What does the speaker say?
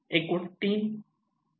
एकूण 3